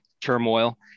turmoil